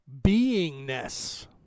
beingness